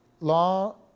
law